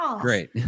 Great